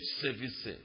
services